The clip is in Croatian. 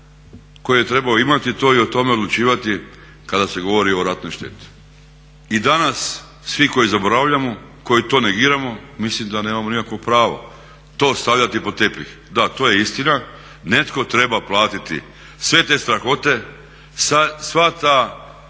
koji je trebao imati to i o tome odlučivati kada se govori o ratnoj šteti. I danas svi koji zaboravljamo koji to negiramo mislim da nemamo nikako pravo to stavljati pod tepih. Da, to je istina netko treba platiti sve te strahote, sva ta